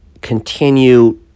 continue